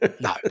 No